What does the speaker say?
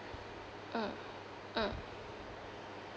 mm mm